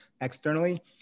externally